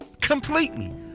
completely